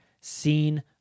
seen